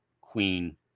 Queen